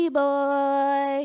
boy